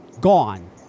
gone